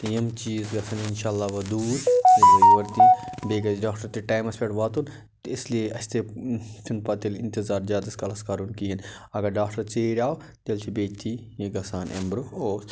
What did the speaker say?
یِم چیٖز گَژھن اِنشاء اللہ دوٗر بیٚیہِ گَژھِ ڈاکڑ تہِ ٹایمَس پٮ۪ٹھ واتُن تہٕ اس لیے اَسہِ تہِ چھُنہٕ پتہٕ تیٚلہِ انتِظار زیادس کالس کَرُن کِہیٖنۍ اگر ڈاکٹر ژیٖرۍ آو تیٚلہِ چھُ بیٚیہِ تی یہِ گَژھان اَمہِ برٛۄنٛہہ اوس